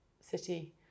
city